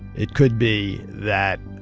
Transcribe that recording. it could be that